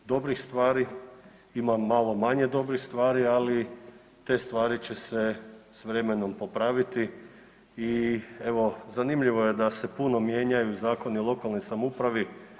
Ima dobrih stvari, ima malo manje dobrih stvari ali te stvari će se s vremenom popraviti i evo zanimljivo je da se puno mijenjaju zakoni o lokalnoj samoupravi.